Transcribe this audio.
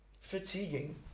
fatiguing